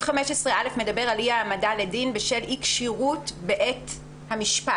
15(א) מדבר על אי העמדה לדין בשל אי כשירות בעת המשפט,